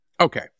Okay